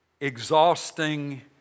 exhausting